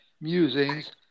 Musings